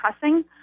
cussing